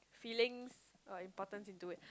feelings or importance into it